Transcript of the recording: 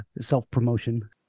self-promotion